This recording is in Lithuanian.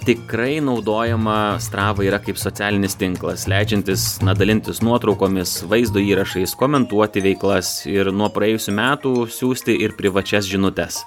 tikrai naudojama strava yra kaip socialinis tinklas leidžiantis na dalintis nuotraukomis vaizdo įrašais komentuoti veiklas ir nuo praėjusių metų siųsti ir privačias žinutes